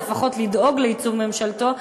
או לפחות לדאוג לייצוב ממשלתו.